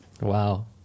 Wow